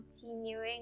continuing